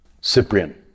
Cyprian